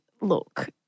look